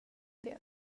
det